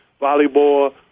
volleyball